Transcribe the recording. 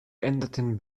geänderten